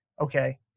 okay